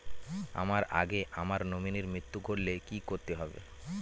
আমার আগে আমার নমিনীর মৃত্যু ঘটলে কি করতে হবে?